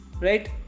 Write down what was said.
right